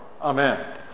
Amen